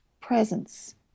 presence